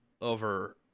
over